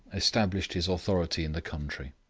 established his authority in the country.